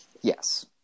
yes